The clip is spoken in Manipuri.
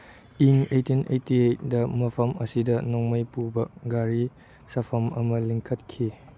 ꯏꯪ ꯑꯩꯠꯇꯤꯟ ꯑꯩꯠꯇꯤ ꯑꯩꯠꯇ ꯃꯐꯝ ꯑꯁꯤꯗ ꯅꯣꯡꯃꯩ ꯄꯨꯕ ꯒꯥꯔꯤ ꯁꯥꯐꯝ ꯑꯃ ꯂꯤꯡꯈꯠꯈꯤ